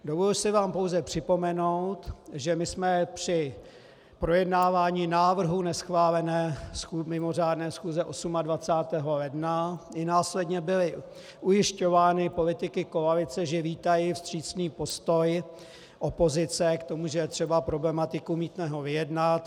Dovoluji si vám pouze připomenout, že my jsme při projednávání návrhu neschválené mimořádné schůze 28. ledna a i následně byli ujišťováni politiky koalice, že vítají vstřícný postoj opozice k tomu, že je třeba problematiku mýtného vyjednat.